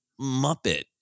muppet